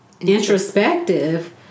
introspective